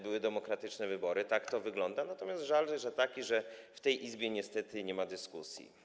Były demokratyczne wybory, tak to wygląda, natomiast jest taki żal, że w tej Izbie niestety nie ma dyskusji.